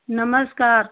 नमस्कार